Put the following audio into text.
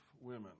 women